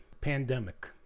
Pandemic